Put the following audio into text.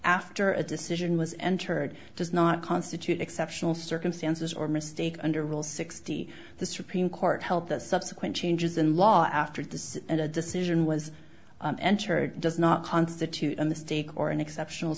after a decision was entered does not constitute exceptional circumstances or mistake under rule sixty the supreme court help the subsequent changes in law after does and a decision was entered does not constitute a mistake or an exceptional